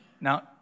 Now